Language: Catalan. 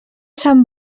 sant